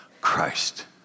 Christ